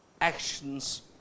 actions